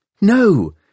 No